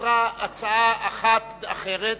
נותרה הצעה אחת אחרת.